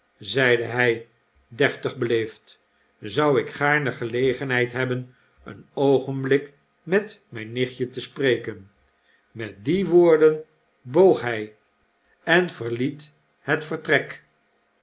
zeide hg deftig beleefd zou ik gaarne gefegenheid hebben een oogenblik met mgn nichtje te spreken met die woorden boog hg en verliet het vertrek